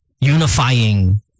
unifying